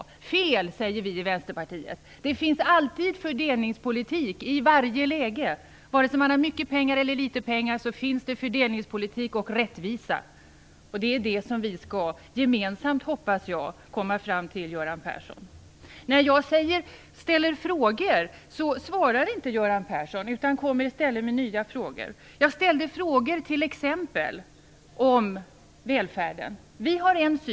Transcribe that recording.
Fel, säger vi i Vänsterpartiet. Det finns alltid fördelningspolitik i varje läge. Vare sig man har mycket eller litet pengar finns det fördelningspolitik och rättvisa. Det är det som vi gemensamt, hoppas jag, skall komma fram till, Göran När jag ställer frågor, svarar inte Göran Persson, utan kommer i stället med nya frågor. Jag ställde frågor om t.ex. välfärden. Vi har en syn.